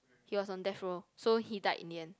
he was on death row so he died in the end